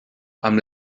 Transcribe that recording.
amb